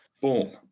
Boom